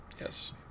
yes